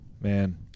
man